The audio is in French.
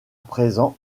présent